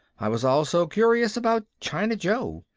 i was also curious about china joe.